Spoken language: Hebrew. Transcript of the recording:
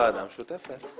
ועדה משותפת.